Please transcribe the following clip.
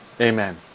Amen